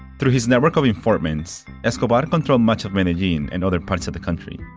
through his network of informants, escobar controlled much of medellin and other parts of the country.